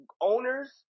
owners